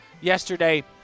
yesterday